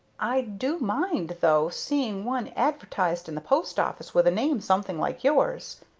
i do mind, though, seeing one advertised in the post-office with a name something like yours,